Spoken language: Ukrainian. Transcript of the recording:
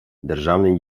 державний